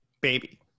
baby